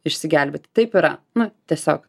išsigelbėt taip yra nu tiesiog